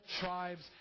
tribes